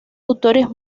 autores